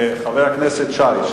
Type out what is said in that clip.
חבר הכנסת שי חרמש,